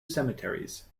cemeteries